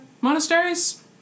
monasteries